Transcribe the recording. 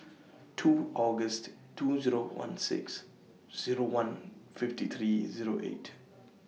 two August two Zero one six Zero one fifty three Zero eight